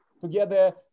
together